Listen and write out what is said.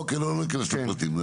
אוקיי, לא ניכנס לפרטים.